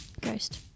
Ghost